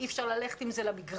אי אפשר ללכת עם זה למגרש.